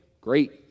great